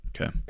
Okay